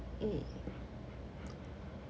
mm